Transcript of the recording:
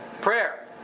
Prayer